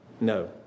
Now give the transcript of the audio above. No